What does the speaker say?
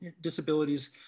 disabilities